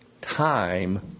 time